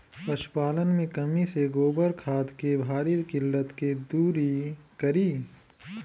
पशुपालन मे कमी से गोबर खाद के भारी किल्लत के दुरी करी?